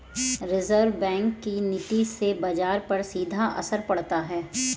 reserve bank के नीति से बाजार पर सीधा असर पड़ता है